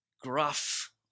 gruff